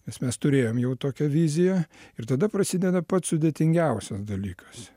nes mes turėjom jau tokią viziją ir tada prasideda pats sudėtingiausias dalykas